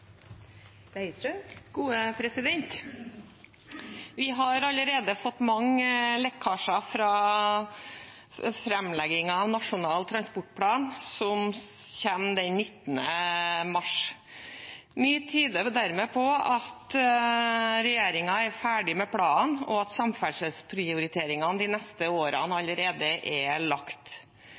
Nasjonal transportplan som kommer den 19. mars. Mye tyder dermed på at regjeringen er ferdig med planen, og at samferdselsprioriteringene de neste årene allerede er lagt.